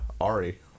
Ari